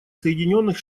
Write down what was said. соединенных